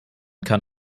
kann